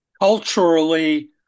Culturally